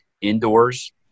indoors